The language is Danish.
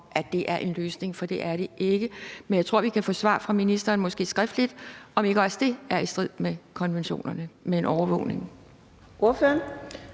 om det er en løsning, for det er det ikke. Men jeg tror, vi kan få svar fra ministeren, måske skriftligt, på, om ikke også det med en overvågning